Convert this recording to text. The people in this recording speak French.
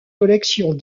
collections